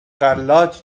غلات